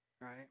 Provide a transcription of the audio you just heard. right